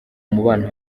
umubano